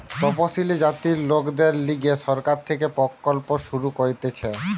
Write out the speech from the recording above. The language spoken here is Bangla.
তপসিলি জাতির লোকদের লিগে সরকার থেকে প্রকল্প শুরু করতিছে